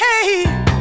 hey